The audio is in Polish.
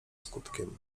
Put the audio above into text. skutkiem